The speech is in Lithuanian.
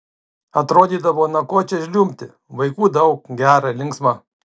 atrodydavo na ko čia žliumbti vaikų daug gera linksma